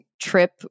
trip